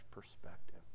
perspective